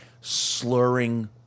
slurring